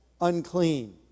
unclean